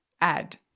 add